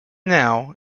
now